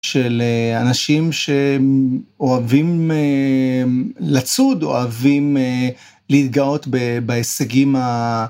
של אנשים שאוהבים לצוד, אוהבים להתגאות בהישגים ה...